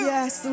Yes